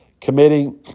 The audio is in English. committing